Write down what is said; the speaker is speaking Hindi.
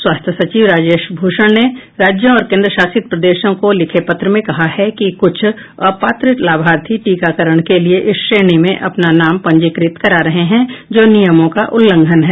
स्वास्थ्य सचिव राजेश भूषण ने राज्यों और केंद्र शासित प्रदेशों को लिखे पत्र में कहा है कि क्छ अपात्र लाभार्थी टीकाकरण के लिए इस श्रेणी में अपने नाम पंजीकृत करा रहे हैं जो नियमों का उल्लंघन है